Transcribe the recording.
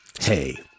Hey